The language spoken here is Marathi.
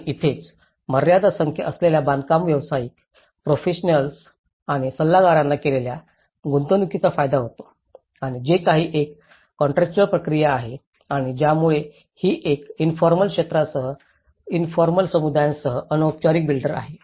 आणि इथेच मर्यादित संख्या असलेल्या बांधकाम व्यावसायिक प्रोफेससीओनल्स आणि सल्लागारांना केलेल्या गुंतवणूकीचा फायदा होतो आणि जे काही एक काँट्राच्युअल प्रक्रिया आहे आणि यामुळे ही एक इन्फॉर्मल क्षेत्रासह इन्फॉर्मल समुदायांसह औपचारिक बिल्डर आहे